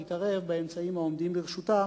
להתערב באמצעים העומדים לרשותה